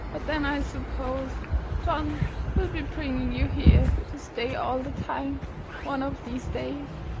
but then i suppose john will be bringing you here to stay all the time one of these days.